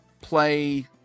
Play